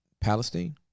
Palestine